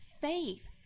faith